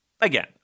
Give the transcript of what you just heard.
again